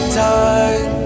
time